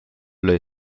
lõi